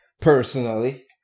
personally